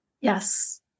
Yes